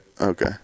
okay